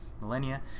millennia